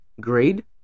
grade